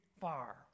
far